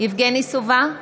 יבגני סובה,